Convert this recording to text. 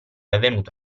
avvenuto